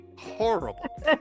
horrible